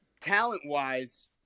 talent-wise